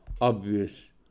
obvious